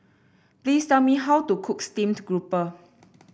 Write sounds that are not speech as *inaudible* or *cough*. please tell me how to cook Steamed Grouper *noise*